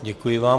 Děkuji vám.